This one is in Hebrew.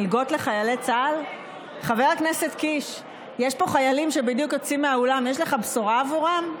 יש לך בשורה עבורם?